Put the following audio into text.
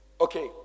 Okay